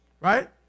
right